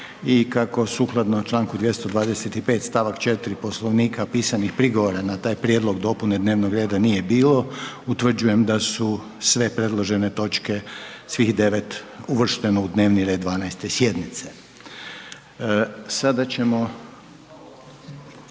i kako sukladno Članku 225. stavak 4. Poslovnika pisanih prigovora na prijedlog dopune dnevnog reda nije bilo utvrđujem da su sve predložene točke svih 9. uvršteno u dnevni red 12. sjednice. Sada ćemo